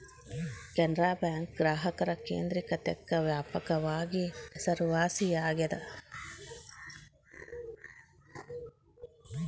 Canara bank ಗ್ರಾಹಕರ ಕೇಂದ್ರಿಕತೆಕ್ಕ ವ್ಯಾಪಕವಾಗಿ ಹೆಸರುವಾಸಿಯಾಗೆದ